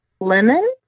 lemon